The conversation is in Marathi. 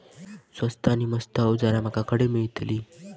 स्वस्त नी मस्त अवजारा माका खडे मिळतीत?